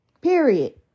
Period